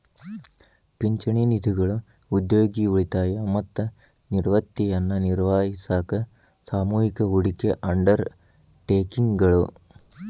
ಪಿಂಚಣಿ ನಿಧಿಗಳು ಉದ್ಯೋಗಿ ಉಳಿತಾಯ ಮತ್ತ ನಿವೃತ್ತಿಯನ್ನ ನಿರ್ವಹಿಸಾಕ ಸಾಮೂಹಿಕ ಹೂಡಿಕೆ ಅಂಡರ್ ಟೇಕಿಂಗ್ ಗಳು